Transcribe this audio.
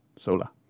Sola